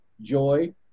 joy